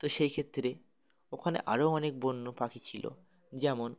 তো সেই ক্ষেত্রে ওখানে আরও অনেক বন্য পাখি ছিল যেমন